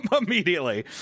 immediately